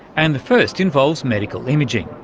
and the first involves medical imaging,